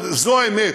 אבל זו האמת.